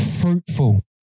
fruitful